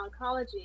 oncology